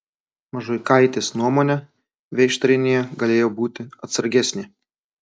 mažuikaitės nuomone veištarienė galėjo būti atsargesnė